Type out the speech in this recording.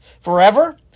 Forever